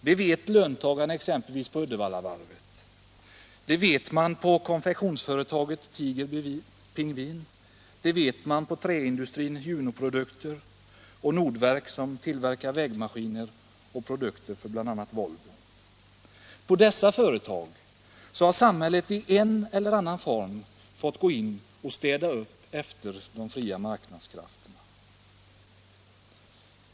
Det vet löntagarna på Uddevallavarvet, det vet man på konfektionsföretaget Tiger-Pingvin, det vet man på träindustrin Junoprodukter och på Nordverk, som tillverkar vägmaskiner och produkter för bl.a. Volvo. På dessa företag har samhället i en eller annan form fått gå in och städa upp efter de fria marknadskrafterna.